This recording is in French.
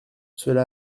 cela